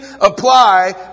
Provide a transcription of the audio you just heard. apply